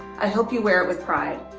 i hope you wear it with pride.